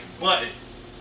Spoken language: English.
buttons